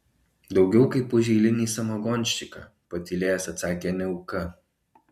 daugiau kaip už eilinį samagonščiką patylėjęs atsakė niauka